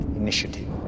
initiative